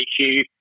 issue